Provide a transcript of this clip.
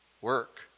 work